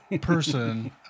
person